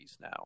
now